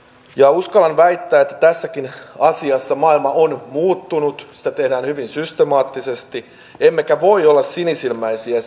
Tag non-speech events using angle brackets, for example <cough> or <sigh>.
uskallan väittää että tässäkin asiassa maailma on muuttunut sitä tehdään hyvin systemaattisesti emmekä voi olla sinisilmäisiä <unintelligible>